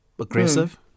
aggressive